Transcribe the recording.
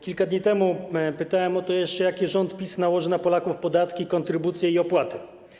Kilka dni temu pytałem jeszcze o to, jakie rząd PiS nałoży na Polaków podatki, kontrybucje i opłaty.